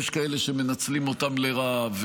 יש כאלה שמנצלים אותם לרעה.